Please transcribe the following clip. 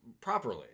Properly